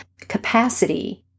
capacity